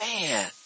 man